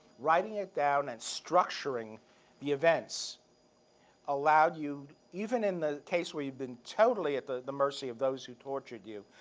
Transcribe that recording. writing it down and structuring the events allowed you, even in the case where you've been totally at the the mercy of those who tortured you,